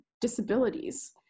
disabilities